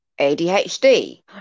ADHD